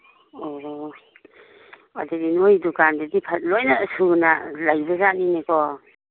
ꯑꯣ ꯑꯗꯨꯗꯤ ꯅꯣꯏ ꯗꯨꯀꯥꯟꯗꯨꯗꯤ ꯂꯣꯏꯅ ꯁꯨꯅ ꯂꯩꯕ ꯖꯥꯠꯅꯤꯅꯦꯀꯣ